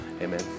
amen